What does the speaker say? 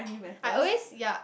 I always ya